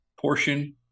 portion